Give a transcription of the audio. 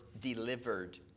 delivered